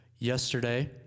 Yesterday